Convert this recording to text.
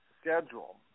schedule